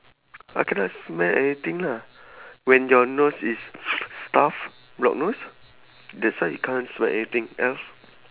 ah cannot smell anything lah when your nose is stuff block nose that's why you can't smell anything else